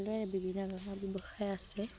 সেইদৰে বিভিন্ন ধৰণৰ ব্যৱসায় আছে